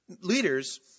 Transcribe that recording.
leaders